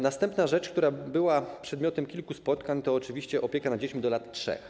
Następna rzecz, która była przedmiotem kilku spotkań, to oczywiście opieka nad dziećmi do lat 3.